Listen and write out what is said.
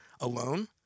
alone